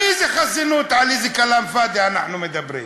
על איזה חסינות, על איזה כלאם פאד'י אנחנו מדברים?